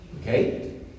Okay